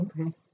Okay